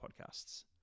podcasts